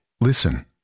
Listen